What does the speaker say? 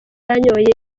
yanyoye